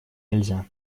нельзя